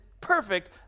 perfect